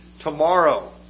tomorrow